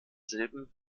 silben